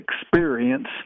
experience